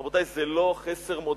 רבותי, זה לא חסר מודיעיני.